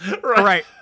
Right